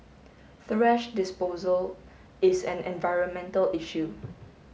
thrash disposal is an environmental issue